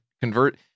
convert